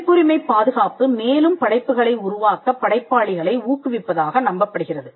பதிப்புரிமை பாதுகாப்பு மேலும் படைப்புகளை உருவாக்க படைப்பாளிகளை ஊக்குவிப்பதாக நம்பப்படுகிறது